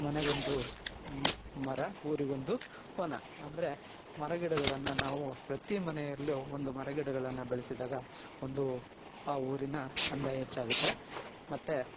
ಮನೆಗೊಂದು ಮರ ಊರಿಗೊಂದು ವನ ಅಂದರೆ ಮರಗಿಡಗಳನ್ನು ನಾವು ಪ್ರತಿ ಮನೆಯಲ್ಲೂ ಒಂದು ಮರಗಿಡಗಳನ್ನು ಬೆಳೆಸಿದಾಗ ಒಂದೂ ಆ ಊರಿನ ಅಂದ ಹೆಚ್ಚಾಗುತ್ತೆ ಮತ್ತು